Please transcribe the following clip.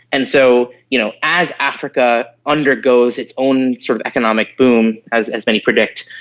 and so you know as africa undergoes its own sort of economic boom, as as many predict,